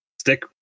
stick